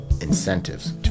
incentives